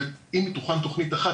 שאם תוכן תוכנית אחת,